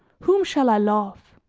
whom shall i love?